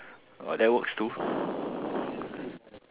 uh that works too